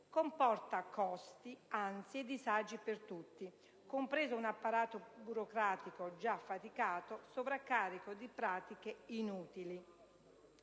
comporta costi, ansie e disagi per tutti, compreso un apparato burocratico già affaticato, sovraccarico di pratiche inutili